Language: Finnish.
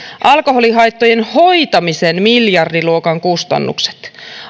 alkoholihaittojen hoitamisen miljardiluokan kustannukset